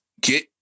get